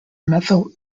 methyl